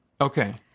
Okay